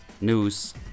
news